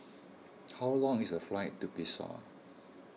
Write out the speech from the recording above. how long is the flight to Bissau